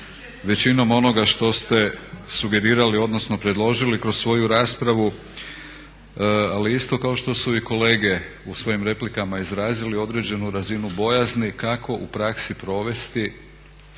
većinom onoga što ste sugerirali, odnosno predložili kroz svoju raspravu, ali isto kako što su i kolege u svojim replikama izrazili određenu razinu bojazni kako u praksi provesti